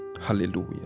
Hallelujah